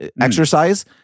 exercise